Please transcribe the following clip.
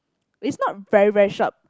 is not very very short